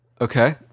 Okay